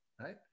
right